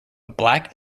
black